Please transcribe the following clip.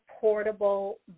portable